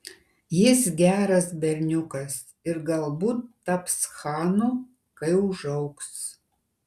jis geras berniukas ir galbūt taps chanu kai užaugs